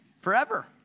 forever